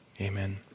amen